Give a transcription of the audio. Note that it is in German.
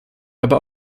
aber